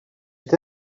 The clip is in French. est